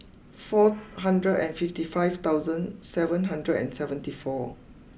four hundred and fifty five thousand seven hundred and seventy four